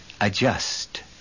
Adjust